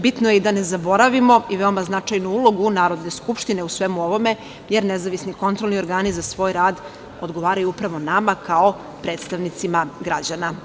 Bitno je i da ne zaboravimo i veoma značajnu ulogu Narodne skupštine u svemu ovome, jer nezavisni kontrolni organi za svoj rad odgovaraju upravo nama kao predstavnicima građana.